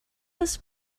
was